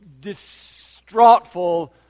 distraughtful